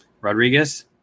Rodriguez